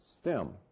stem